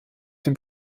dem